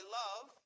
love